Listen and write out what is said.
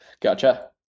Gotcha